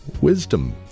wisdom